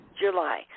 July